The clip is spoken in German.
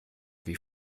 wie